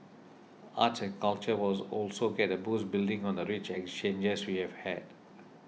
arts and culture wills also get a boost building on the rich exchanges we have had